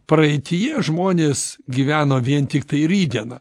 praeityje žmonės gyveno vien tiktai rytdiena